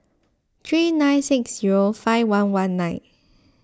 three nine six zero five one one nine